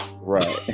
Right